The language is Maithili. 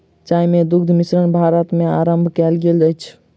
चाय मे दुग्ध मिश्रण भारत मे आरम्भ कयल गेल अछि